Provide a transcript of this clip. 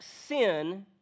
sin